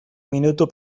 minutu